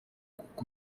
kuko